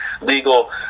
legal